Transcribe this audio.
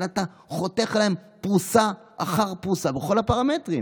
אבל אתה חותך להם פרוסה אחר פרוסה בכל הפרמטרים.